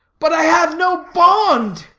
but i have no bond.